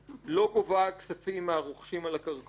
לא גובה כספים מהרוכשים על הקרקעות,